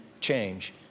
change